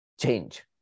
change